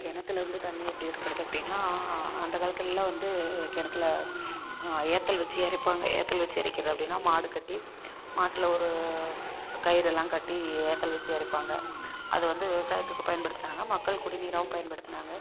கிணத்துலேருந்து தண்ணி எப்படி எடுக்கிறது அப்படின்னா அந்த காலத்துல்லாம் வந்து கிணத்துல ஏத்தல் வச்சி இறைப்பாங்க ஏத்தல் வச்சி இறைக்கிறது அப்படின்னா மாடு கட்டி மாட்டுல ஒரு கயிறைல்லாம் கட்டி ஏத்தல் வச்சி இறைப்பாங்க அது வந்து விவசாயத்துக்கு பயன்படுத்துறாங்க மக்கள் குடிநீராகவும் பயன்படுத்துனாங்க